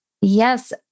Yes